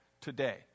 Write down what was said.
today